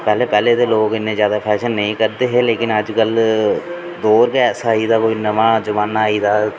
पैह्लें पैह्लें ते लोग इन्ने जैदा फैशन निं करदे हे लेकिन अजकल दौर गै ऐसा आई गेदा कोई नमां जमाना आई गेदा